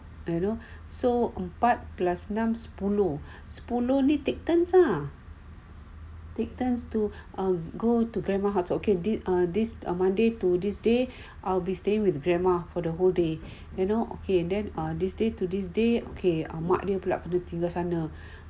you know so empat plus enam sepuluh sepuluh ni take turn lah take turns to um go to grandma house to this err monday to this day I'll be staying with grandma for the whole day you know okay then err this day to this day okay mak pula yang kena tinggal sana